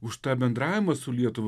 už tą bendravimą su lietuva